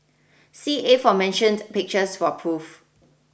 see aforementioned pictures for proof